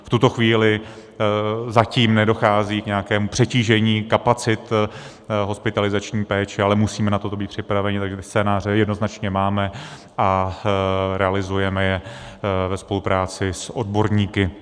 V tuto chvíli zatím nedochází k nějakému přetížení kapacit hospitalizační péče, ale musíme na toto být připraveni, takže ty scénáře jednoznačně máme a realizujeme je ve spolupráci s odborníky.